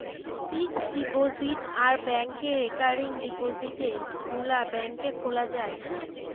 fixed deposit আর ব্যাংকে recurring ডিপোজিটে গুলা ব্যাংকে খোলা যায়